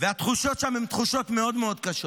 והתחושות שם הן תחושות מאוד מאוד קשות.